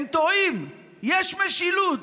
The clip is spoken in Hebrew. הם טועים, יש משילות.